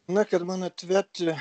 na kad man atverti